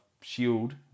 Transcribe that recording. Shield